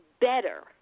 better